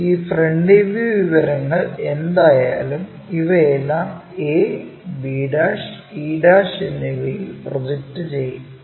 ഈ front view വിവരങ്ങൾ എന്തായാലും ഇവയെല്ലാം a b e എന്നിവയിൽ പ്രൊജക്റ്റ് ചെയ്യും